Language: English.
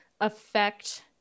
affect